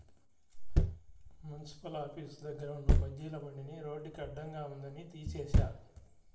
municipal office దగ్గర ఉన్న బజ్జీల బండిని రోడ్డుకి అడ్డంగా ఉందని తీసేశారు